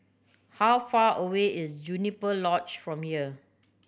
how far away is Juniper Lodge from here